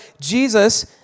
Jesus